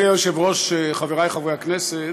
אדוני היושב-ראש, חברי חברי הכנסת,